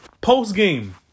post-game